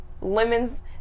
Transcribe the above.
lemons